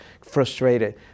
frustrated